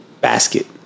basket